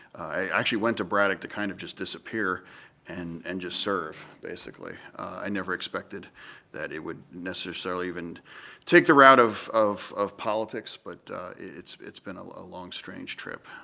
i actually went to braddock to kind of just disappear and and just serve, basically. i never expected that it would necessarily even take the route of of politics, but it's it's been a long strange trip,